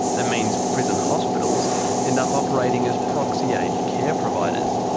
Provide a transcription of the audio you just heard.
and means prison hospitals end up operating as proxy aged care providers.